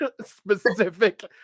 specific